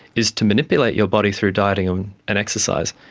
is to manipulate your body through dieting um and exercise.